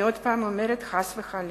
אני עוד פעם אומרת חס וחלילה.